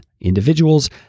individuals